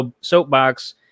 Soapbox